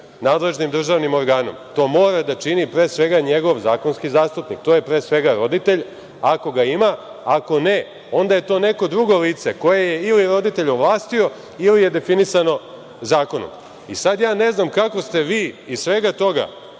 nadležnim državnim organom. To mora da čini njegov nadležni zastupnik, a to je pre svega roditelj, ako ga ima, a ako ne, onda je to neko drugo lice koje je ili roditelj ovlastio ili je definisano zakonom. Sada ja ne znam kako ste vi iz svega toga